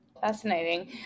Fascinating